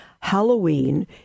Halloween